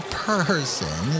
person